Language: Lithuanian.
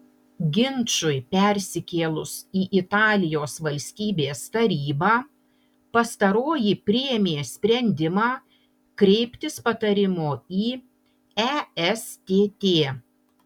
ginčui persikėlus į italijos valstybės tarybą pastaroji priėmė sprendimą kreiptis patarimo į estt